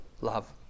love